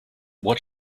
what